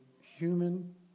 human